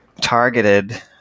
targeted